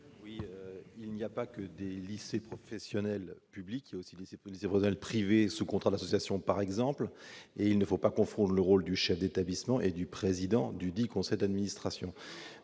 vote. Il n'y a pas que des lycées professionnels publics, il y a aussi, par exemple, des lycées professionnels privés sous contrat d'association. Il ne faut pas confondre le rôle du chef d'établissement et celui du président du conseil d'administration.